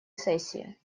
сессии